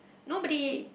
nobody